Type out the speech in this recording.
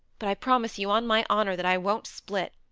but i promise you on my honour that i won't split.